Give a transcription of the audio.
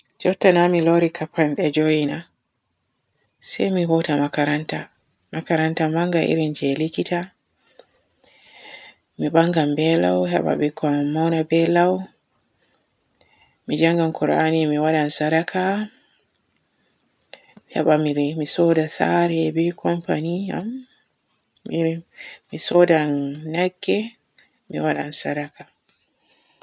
Jutta na mi hooti kampande joow na? Se mi hoota makaranta, makaranta maanga iri je likita, mi baangay be lau heba bikkon am mauna be lau. Mi njanngan qur'ani mi waadan sadaka, mi heban mi ri-mi sooda saare be kompani am. Mi-mi soodan nagge mi waaday sadaka.